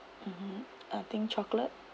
mmhmm I think chocolate